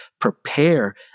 prepare